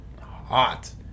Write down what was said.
hot